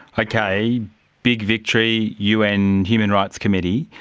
okay, big victory, un human rights committee,